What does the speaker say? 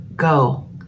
go